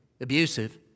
abusive